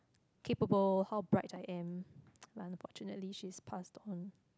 capable how bright I am but unfortunately she's passed on